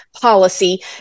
policy